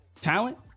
Talent